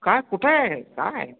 काय कुठे आहे काय